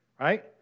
right